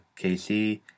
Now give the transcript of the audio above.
KC